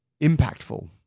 impactful